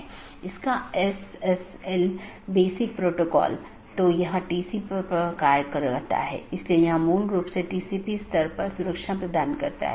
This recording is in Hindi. इसका मतलब है कि BGP का एक लक्ष्य पारगमन ट्रैफिक की मात्रा को कम करना है जिसका अर्थ है कि यह न तो AS उत्पन्न कर रहा है और न ही AS में समाप्त हो रहा है लेकिन यह इस AS के क्षेत्र से गुजर रहा है